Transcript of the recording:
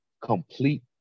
complete